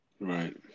Right